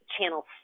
channel